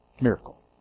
Miracle